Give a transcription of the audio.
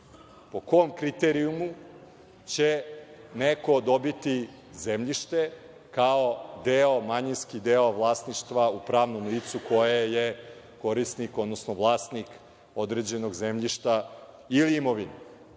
Po kom kriterijumu će neko dobiti zemljište kao manjinski deo vlasništva u pravnom licu koje je korisnik, odnosno vlasnik određenog zemljišta ili imovine.